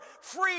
free